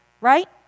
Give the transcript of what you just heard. right